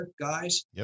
guys